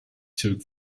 took